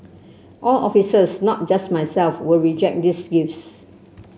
all officers not just myself will reject these gifts